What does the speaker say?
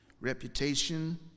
Reputation